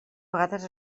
vegades